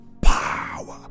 power